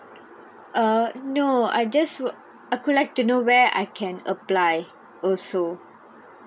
uh no I just want I would like to know where I can apply also